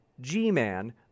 G-Man